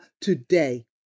today